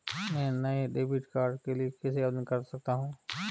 मैं नए debit card के लिए कैसे आवेदन कर सकता हूँ?